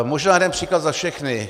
Možná jeden příklad za všechny.